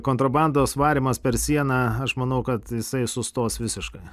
kontrabandos varymas per sieną aš manau kad jisai sustos visiškai